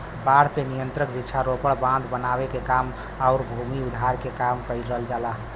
बाढ़ पे नियंत्रण वृक्षारोपण, बांध बनावे के काम आउर भूमि उद्धार के काम करल जाला